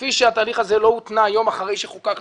כפי שהתהליך הזה לא הותנע יום אחרי שחוקקנו